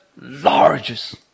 largest